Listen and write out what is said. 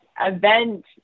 event